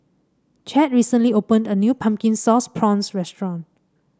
Chadd recently opened a new Pumpkin Sauce Prawns restaurant